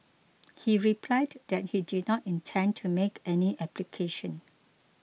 he replied that he did not intend to make any application